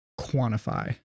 quantify